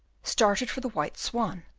started for the white swan,